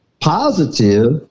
positive